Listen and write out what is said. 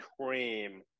cream